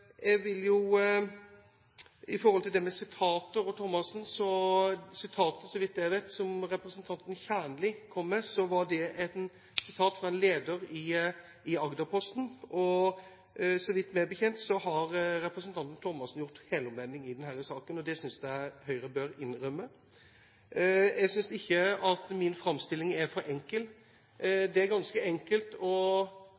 det med sitater og Thomassen. Sitatet som representanten Kjernli kom med, var så vidt jeg vet, fra en leder i Agderposten. Meg bekjent har Thomassen gjort helomvending i denne saken, og det synes jeg Høyre bør innrømme. Jeg synes ikke at min framstilling er for enkel.